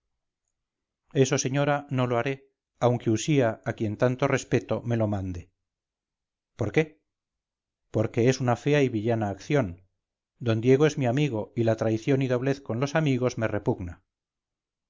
eso señora no lo haré aunque usía a quien tanto respeto me lo mande por qué porque es una fea y villana acción don diego es mi amigo y la traición y doblez con los amigos me repugna